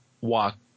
walk